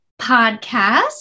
podcast